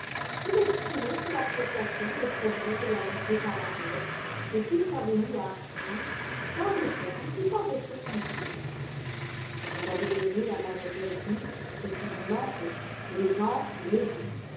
il exprimait son appréciation des progrès réalisés par harriet depuis sa venue à hartfield dans des termes qui paraissaient concluants vous avez donné à mlle smith ce qui lui manquait l'aisance et le goût